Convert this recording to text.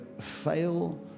fail